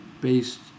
based